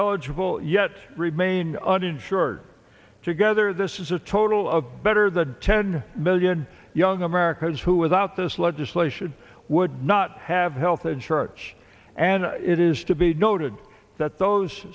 eligible yet remain uninsured together this is a total of better than ten million young americans who without this legislation would not have health and charge and it is to be noted that those